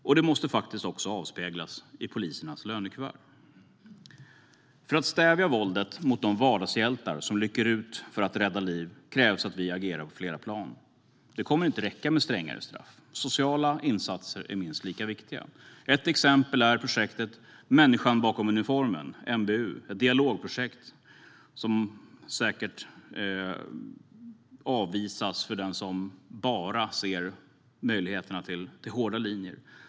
Och det måste faktiskt också avspeglas i polisernas lönekuvert. För att stävja våldet mot de vardagshjältar som rycker ut för att rädda liv krävs att vi agerar på flera plan. Det kommer inte att räcka med strängare straff. Sociala insatser är minst lika viktiga. Ett exempel är projektet Människan bakom uniformen, MBU. Det är ett dialogprojekt som säkert avvisas av dem som bara ser till den hårda linjen.